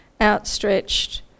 outstretched